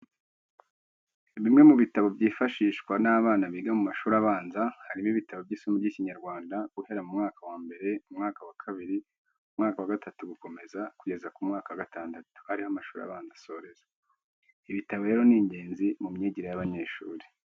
Bimwe mu bitabo bifasha abana biga mu mashuri abanza, harimo ibitabo by'isomo ry'Ikinyarwanda guhera mu mwaka wa mbere, umwaka wa kabiri, umwaka wa gatatu gukomeza kugeza ku mwaka wa gatandatu, ari ho amashuri abanza asoreza. Ibitabo rero ni ingenzi mu myigire y'abanyeshuri.